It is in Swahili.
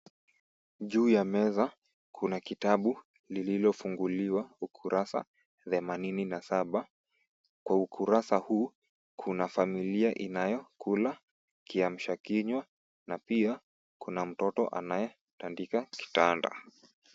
Juu ya meza, kuna kitabu Kilichofunguliwa ukurasa 87. Kwa ukurasa huu, kuna familia inayokuja kiamsha kinywa na pia kuna mtoto anayeandika kitanda.